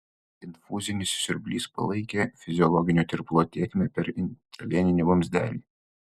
infuzinis siurblys palaikė fiziologinio tirpalo tėkmę per intraveninį vamzdelį